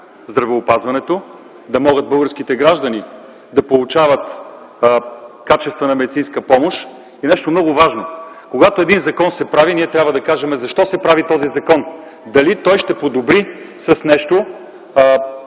да могат българските граждани да получават качествена медицинска помощ? И нещо много важно – когато един закон се прави, ние трябва да кажем защо се прави той – дали той с нещо